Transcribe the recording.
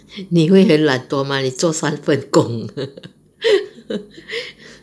你会很懒惰 mah 你做三份工